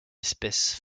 espèce